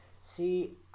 See